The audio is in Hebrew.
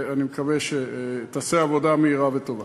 ואני מקווה שתעשה עבודה מהירה וטובה.